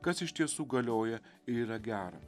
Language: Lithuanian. kas iš tiesų galioja ir yra gera